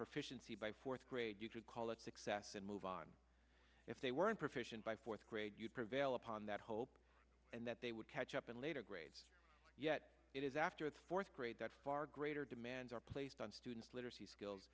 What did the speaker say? proficiency by fourth grade you could call it success and move on if they weren't proficient by fourth grade you'd prevail upon that hope and that they would catch up in later grades yet it is after its fourth grade that far greater demands are placed on students literacy skills